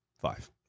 Five